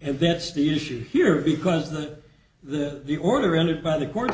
and that's the issue here because the the the order entered by the courts